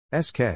SK